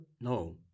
no